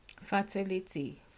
fertility